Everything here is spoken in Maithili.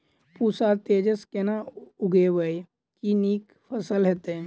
पूसा तेजस केना उगैबे की नीक फसल हेतइ?